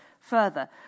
further